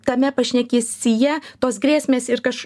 tame pašnekesyje tos grėsmės ir kaš